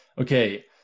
Okay